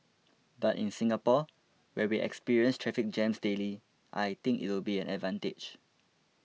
but in Singapore where we experience traffic jams daily I think it will be an advantage